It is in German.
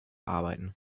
arbeiten